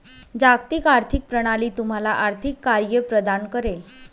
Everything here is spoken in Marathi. जागतिक आर्थिक प्रणाली तुम्हाला आर्थिक कार्ये प्रदान करेल